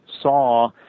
saw